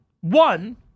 One